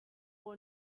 for